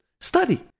study